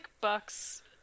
Buck's